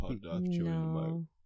No